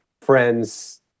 friends